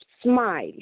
Smile